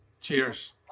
Cheers